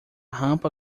rampa